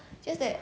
just that